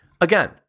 again